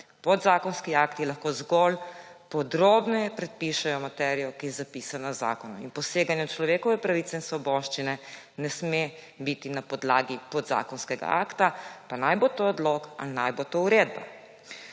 Podzakonski akti lahko zgolj podrobneje predpišejo materijo, ki je zapisana z zakonom, in poseganje v človekove pravice in svoboščine ne sme biti na podlagi podzakonskega akta, pa naj bo to odlok ali naj bo to uredba.